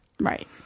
Right